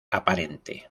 aparente